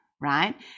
right